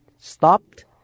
stopped